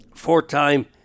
four-time